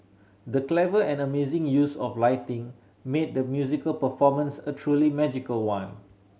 the clever and amazing use of lighting made the musical performance a truly magical one